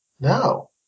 No